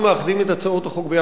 למה לא מאחדים את הצעות החוק?